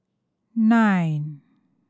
nine